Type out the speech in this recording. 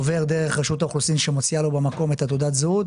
עובר דרך רשות האוכלוסין שמוציאה לו במקום את תעודת הזהות,